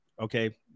okay